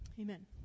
amen